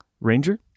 ranger